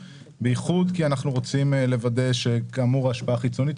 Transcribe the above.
בייחוד כי אנחנו רוצים לוודא שההשפעה החיצונית